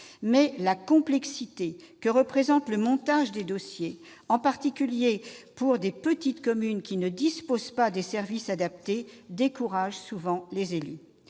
la complexité que représente le montage des dossiers, en particulier pour des petites communes qui ne disposent pas des services adaptés, décourage souvent les élus.